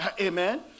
Amen